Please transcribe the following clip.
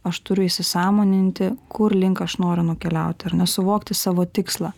aš turiu įsisąmoninti kur link aš noriu nukeliauti ar ne suvokti savo tikslą